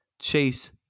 Chase